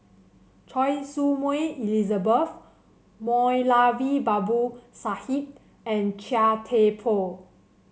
Choy Su Moi Elizabeth Moulavi Babu Sahib and Chia Thye Poh